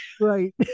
Right